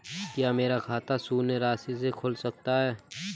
क्या मेरा खाता शून्य राशि से खुल सकता है?